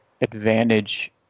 advantage